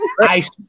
Ice